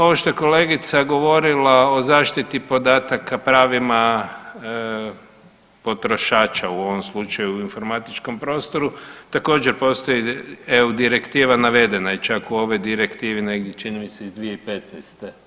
Ovo što je kolegica govorila o zaštiti podataka pravima potrošača u ovom slučaju u informatičkom prostoru također postoji EU direktiva, navedena je čak u ovoj direktivi negdje čini mi se iz 2015.